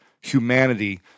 humanity